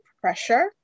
pressure